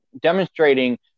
demonstrating